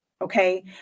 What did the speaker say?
okay